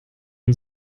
den